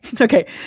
Okay